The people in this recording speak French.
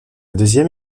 deuxième